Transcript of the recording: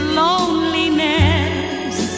loneliness